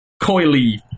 coily